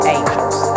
Angels